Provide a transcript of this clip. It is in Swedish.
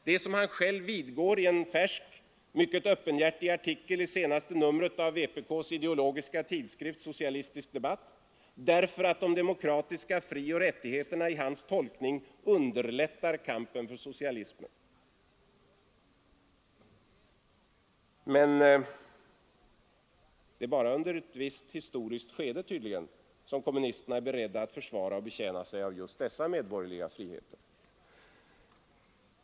Det är, som han själv vidgår i en färsk, mycket öppenhjärtig artikel i senaste numret av vpk:s ideologiska tidskrift Socialistisk debatt, därför att de demokratiska frioch rättigheterna i hans tolkning underlättar kampen för socialismen. Men det är tydligen bara under ett visst historiskt skede som kommunisterna är beredda att försvara och betjäna sig av just dessa medborgerliga rättigheter.